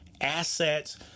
assets